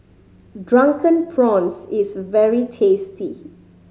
Drunken Prawns is very tasty